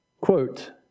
Quote